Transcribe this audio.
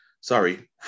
Sorry